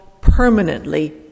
permanently